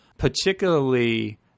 particularly